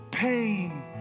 Pain